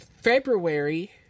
February